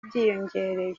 byiyongereye